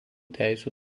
teisių